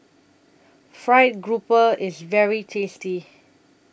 Fried Grouper IS very tasty